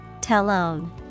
Talon